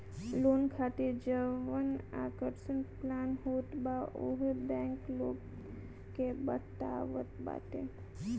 loan खातिर जवन आकर्षक प्लान होत बा उहो बैंक लोग के बतावत बाटे